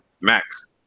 Max